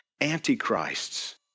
antichrists